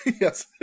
Yes